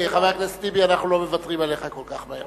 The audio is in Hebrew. חבר הכנסת טיבי, אנחנו לא מוותרים עליך כל כך מהר.